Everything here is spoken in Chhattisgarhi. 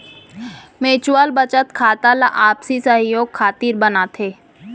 म्युचुअल बचत खाता ला आपसी सहयोग खातिर बनाथे